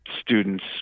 students